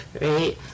right